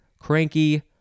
cranky